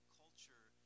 culture